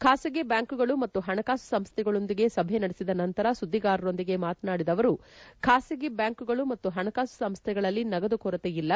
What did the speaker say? ಖಾಸಗಿ ಬ್ಡಾಂಕ್ಗಳು ಮತ್ತು ಹಣಕಾಸು ಸಂಸ್ಟೆಗಳೊಂದಿಗೆ ಸಭೆ ನಡೆಸಿದ ನಂತರ ಸುದ್ದಿಗಾರರೊಂದಿಗೆ ಮಾತನಾಡಿದ ಅವರು ಖಾಸಗಿ ಬ್ಲಾಂಕ್ಗಳು ಮತ್ತು ಹಣಕಾಸು ಸಂಸ್ಟೆಗಳಲ್ಲಿ ನಗದು ಕೊರತೆಯಿಲ್ಲ